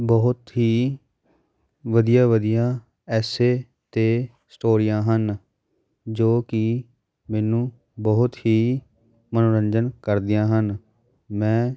ਬਹੁਤ ਹੀ ਵਧੀਆ ਵਧੀਆ ਐੱਸਏ ਅਤੇ ਸਟੋਰੀਆਂ ਹਨ ਜੋ ਕਿ ਮੈਨੂੰ ਬਹੁਤ ਹੀ ਮਨੋਰੰਜਨ ਕਰਦੀਆਂ ਹਨ ਮੈਂ